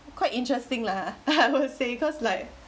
quite interesting lah I would say cause like